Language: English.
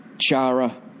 chara